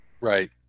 Right